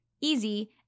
easy